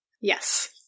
Yes